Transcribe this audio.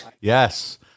yes